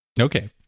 okay